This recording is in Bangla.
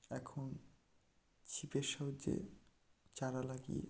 এখন ছিপের সাহায্যে চাড়া লাগিয়ে